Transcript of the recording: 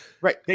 Right